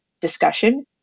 discussion